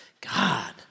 God